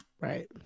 right